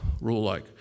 rule-like